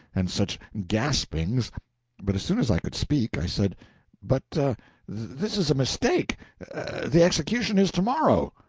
and such gaspings but as soon as i could speak, i said but this is a mistake the execution is to-morrow.